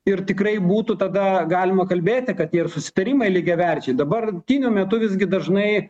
ir tikrai būtų tada galima kalbėti kad tie ir susitarimai lygiaverčiai dabartiniu metu visgi dažnai